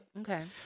okay